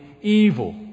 evil